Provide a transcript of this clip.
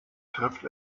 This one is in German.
trifft